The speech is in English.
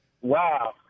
Wow